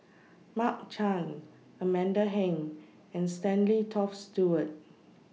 Mark Chan Amanda Heng and Stanley Toft Stewart